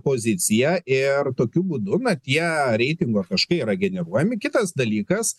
poziciją ir tokiu būdu na tie reitingo taškai yra generuojami kitas dalykas